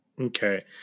Okay